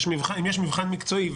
אם יש מבחן מקצועי,